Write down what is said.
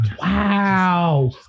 Wow